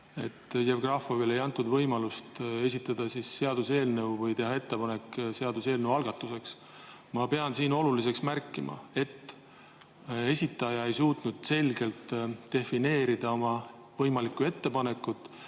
et Jevgrafovile ei antud võimalust teha ettepanekut seaduseelnõu algatuseks. Ma pean siin oluliseks märkida, et esitaja ei suutnud selgelt defineerida oma võimalikku ettepanekut